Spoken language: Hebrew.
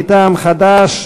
מטעם חד"ש,